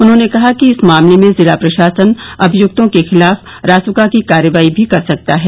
उन्होंने कहा कि इस मामले में जिला प्रशासन अभियुक्तों के खिलाफ रासुका की कार्रवाई भी कर सकता है